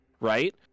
Right